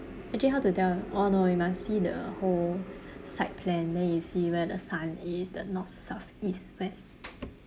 actually how to tell oh no you must see the whole site plan then you see where the sun is the north south east west